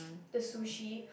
the sushi